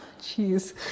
Jeez